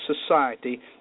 society